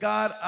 God